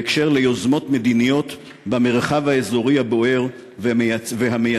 בהקשר ליוזמות מדיניות במרחב האזורי הבוער והמייצר